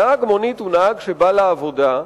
נהג מונית הוא נהג שבא לעבודה,